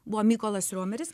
buvo mykolas romeris